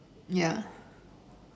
ya